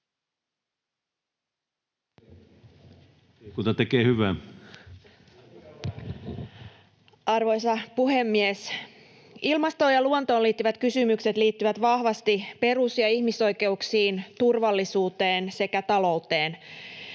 Arvoisa puhemies! Ilmastoon ja luontoon liittyvät kysymykset liittyvät vahvasti perus- ja ihmisoikeuksiin, turvallisuuteen sekä talouteen.